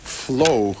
flow